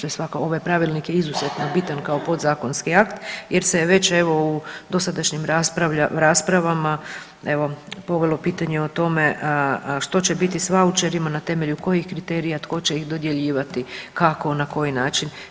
Ovaj pravilnik je izuzetno bitan kao podzakonski akt jer se već evo u dosadašnjim raspravama evo povelo pitanje o tome što će biti s vaučerima, na temelju kojih kriterija, tko će ih dodjeljivati, kako i na koji način.